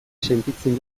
sentitzen